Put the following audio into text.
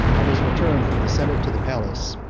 on his return from the senate to the palace,